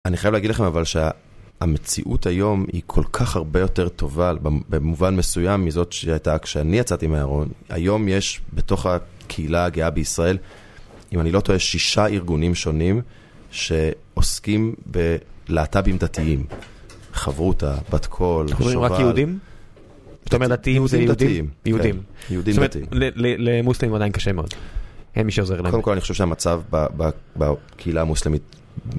אני חייב להגיד לכם אבל שהמציאות היום היא כל כך הרבה יותר טובה במובן מסוים מזאת שהיא הייתה כשאני יצאתי מהארון. היום יש בתוך הקהילה הגאה בישראל, אם אני לא טועה, שישה ארגונים שונים שעוסקים בלה״טבים דתיים, חברותה, בת קול, שובל. אנחנו מדברים רק יהודים? זאת אומרת, דתיים זה יהודים? יהודים. יהודים ודתיים. למוסלמים עדיין קשה מאוד. אין מי שעוזר להם. קודם כל אני חושב שהמצב בקהילה המוסלמית...